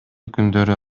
күндөрү